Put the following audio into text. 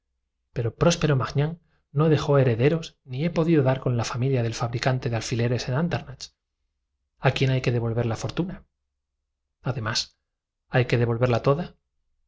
pero próspero magnán no dejó herederos ni he podido dar con la familia del fabricante de alfileres en andernach a j las quién hay que devolver la fortuna xydemás hay que devolverla toda